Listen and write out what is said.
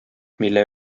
mille